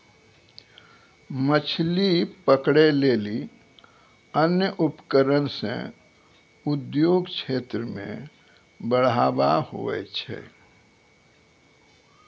मछली पकड़ै लेली अन्य उपकरण से उद्योग क्षेत्र मे बढ़ावा हुवै छै